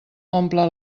omple